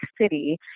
City